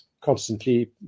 constantly